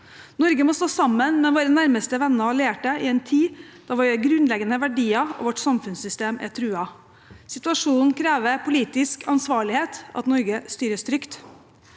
Norge må stå sammen med sine nærmeste venner og allierte, i en tid da våre grunnleggende verdier og vårt samfunnssystem er truet. Situasjonen krever politisk ansvarlighet, at Norge styres trygt.